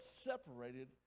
separated